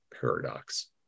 paradox